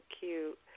cute